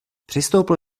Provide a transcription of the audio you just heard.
přistoupil